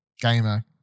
gamer